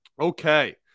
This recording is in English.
Okay